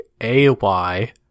A-Y